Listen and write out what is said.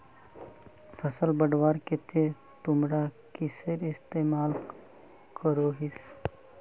फसल बढ़वार केते तुमरा किसेर इस्तेमाल करोहिस?